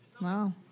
Wow